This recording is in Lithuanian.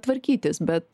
tvarkytis bet